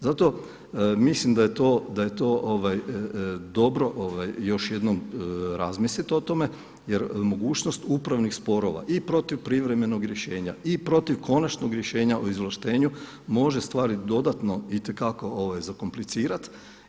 Zato mislim da je to dobro još jednom razmisliti o tome jer mogućnost upravnih sporova i protiv privremenog rješenja i protiv konačnog rješenja o izvlaštenju može stvari dodatno itekako zakomplicirati.